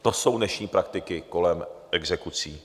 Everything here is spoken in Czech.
To jsou dnešní praktiky kolem exekucí.